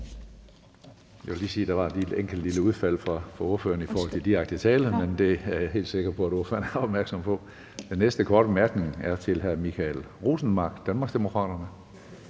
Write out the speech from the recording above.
Jeg vil sige, at der lige var et enkelt lille udfald fra ordføreren i forhold til direkte tiltale, men det er jeg helt sikker på at ordføreren er opmærksom på. Den næste korte bemærkning er til hr. Michael Rosenmark, Danmarksdemokraterne.